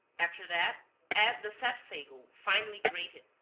after that add the sapsago, finely grated,